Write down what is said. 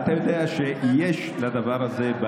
אתה יודע שיש בעיה עם הדבר הזה.